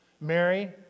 Mary